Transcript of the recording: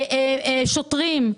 שוטרים,